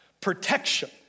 protection